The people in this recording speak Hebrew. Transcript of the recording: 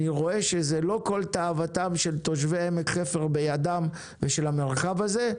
אני רואה שלא כל תאוותם של תושבי עמק חפר ושל המרחב הזה בידם,